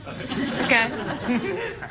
Okay